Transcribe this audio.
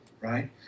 right